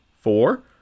four